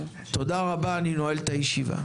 תודה רבה, אני נועל את הישיבה.